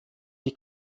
die